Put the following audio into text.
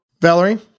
Valerie